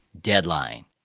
deadline